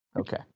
Okay